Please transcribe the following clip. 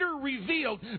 revealed